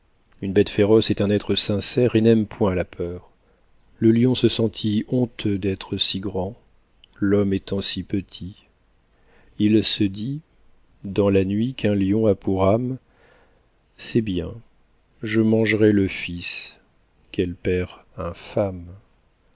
une bête féroce est un être sincère et n'aime point la peur le lion se sentit honteux d'être si grand l'homme étant si petit il se dit dans la nuit qu'un lion a pour âme c'est bien je mangerai le fils quel